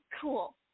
cool